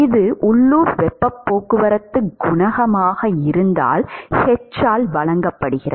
இது உள்ளூர் வெப்பப் போக்குவரத்துக் குணகமாக இருந்தால் h ஆல் வழங்கப்படுகிறது